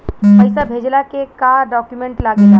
पैसा भेजला के का डॉक्यूमेंट लागेला?